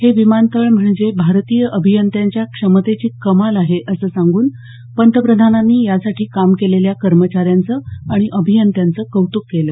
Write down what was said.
हे विमानतळ म्हणजे भारतीय अभियंत्यांच्या क्षमतेची कमाल आहे असं सांगून पंतप्रधानांनी यासाठी काम केलेल्या कर्मचाऱ्यांचं आणि अभियंत्यांचं कौतुक केलं